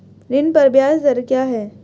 ऋण पर ब्याज दर क्या है?